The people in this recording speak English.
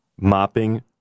mopping